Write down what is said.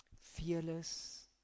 fearless